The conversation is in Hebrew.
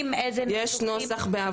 יש נוסח בעבודה.